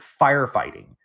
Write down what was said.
firefighting